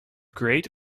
great